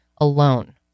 alone